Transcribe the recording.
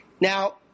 Now